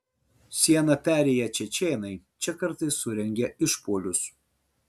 sieną perėję čečėnai čia kartais surengia išpuolius